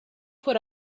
put